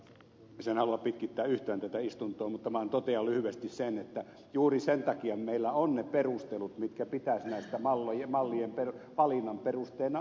en halua pitkittää yhtään tätä istuntoa mutta vaan totean lyhyesti sen että juuri sen takia meillä on ne perustelut joitten pitäisi näiden mallien valinnan perusteena olla